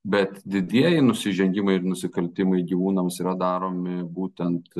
bet didieji nusižengimai ir nusikaltimai gyvūnams yra daromi būtent